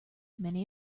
many